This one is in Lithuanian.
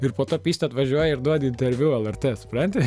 ir poto pyst atvažiuoji ir duodi interviu lrt supranti